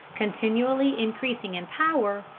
continually increasing in power,